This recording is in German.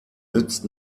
nützt